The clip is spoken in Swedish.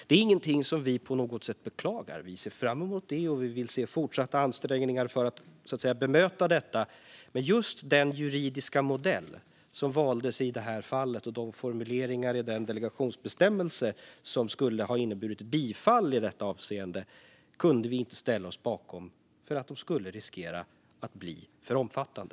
Detta beklagar vi inte på något sätt utan ser fram emot, och vi vill se fortsatta ansträngningar för att bemöta detta. Men just den juridiska modell som valdes i detta fall och de formuleringar i den delegationsbestämmelse som skulle ha inneburit bifall i detta avseende kunde vi inte ställa oss bakom för att de skulle riskera att bli för omfattande.